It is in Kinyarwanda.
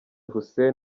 hussein